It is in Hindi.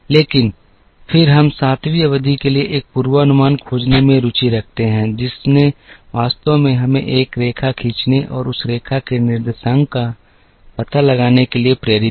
लेकिन फिर हम सातवीं अवधि के लिए एक पूर्वानुमान खोजने में रुचि रखते हैं जिसने वास्तव में हमें एक रेखा खींचने और उस रेखा के निर्देशांक का पता लगाने के लिए प्रेरित किया